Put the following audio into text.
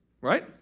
right